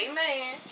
Amen